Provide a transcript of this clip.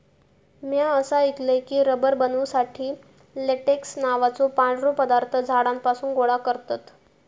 म्या असा ऐकलय की, रबर बनवुसाठी लेटेक्स नावाचो पांढरो पदार्थ झाडांपासून गोळा करतत